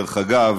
דרך אגב,